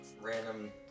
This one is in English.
random